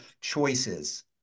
choices